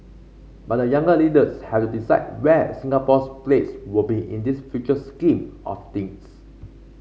but the younger leaders have to decide where Singapore's place will be in this future scheme of things